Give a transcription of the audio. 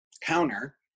counter